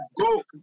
Go